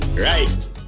Right